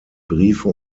briefe